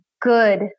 good